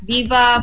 Viva